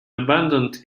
abandoned